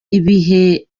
ibihe